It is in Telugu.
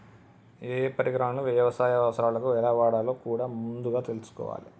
ఏయే పరికరాలను యవసాయ అవసరాలకు ఎలా వాడాలో కూడా ముందుగా తెల్సుకోవాలే